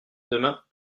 demain